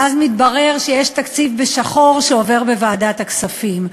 ואז מתברר שיש תקציב בשחור שעובר בוועדת הכספים.